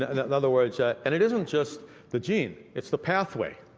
and in other words and it isn't just the gene. it's the pathway.